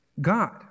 God